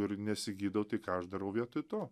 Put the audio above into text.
ir nesigydau tai ką aš darau vietoj to